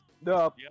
No